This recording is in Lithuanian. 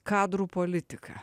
kadrų politika